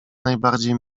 najbardziej